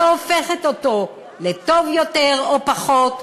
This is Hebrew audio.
לא הופכת אותו לטוב יותר או פחות,